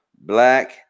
black